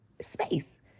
space